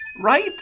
right